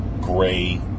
gray